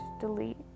delete